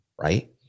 Right